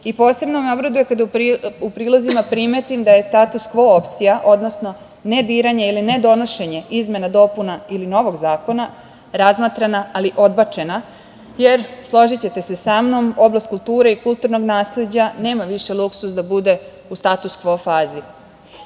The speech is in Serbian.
Posebno me obraduje kada u prilozima primetim da je status kvo opcija, odnosno ne diranje ili ne donošenje izmenama i dopuna ili novog zakona, razmatrana ali odbačena, jer složićete se sa mnom, oblast kulture i kulturnog nasleđa nema više luksuz da bude u status kvo fazi.